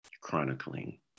chronicling